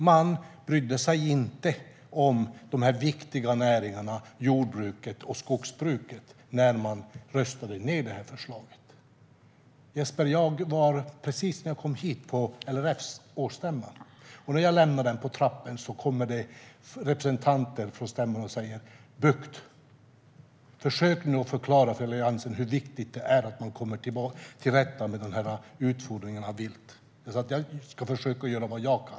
Man brydde sig inte om de viktiga näringarna jordbruk och skogsbruk när man röstade ned förslaget. Precis innan jag kom hit var jag på LRF:s årsstämma. När jag lämnade den och stod på trappan kom representanter från stämman och sa: Bucht! Försök förklara för Alliansen hur viktigt det är att komma till rätta med utfodringen av vilt! Jag sa: Jag ska försöka göra vad jag kan.